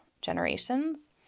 generations